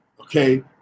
okay